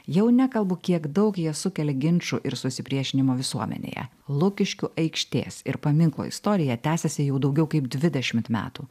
jau nekalbu kiek daug jie sukelia ginčų ir susipriešinimo visuomenėje lukiškių aikštės ir paminklo istorija tęsiasi jau daugiau kaip dvidešimt metų